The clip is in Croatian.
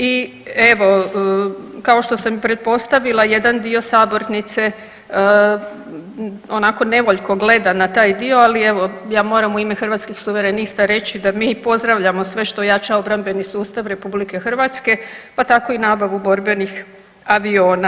I evo, kao što sam i pretpostavila jedan dio sabornice onako nevoljko gleda na taj dio, ali evo ja moram u ime Hrvatskih suverenista reći da mi pozdravljamo sve što jača obrambeni sustav RH, pa tako i nabavu borbenih aviona.